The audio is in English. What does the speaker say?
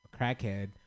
crackhead